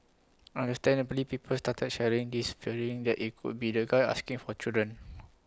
understandably people started sharing this fearing that IT could be the guy asking for children